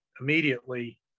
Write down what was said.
immediately